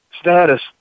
status